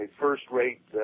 first-rate